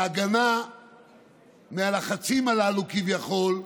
ההגנה מהלחצים הללו כביכול,